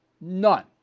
None